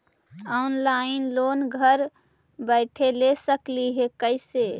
Online loan घर बैठे ले सकली हे, कैसे?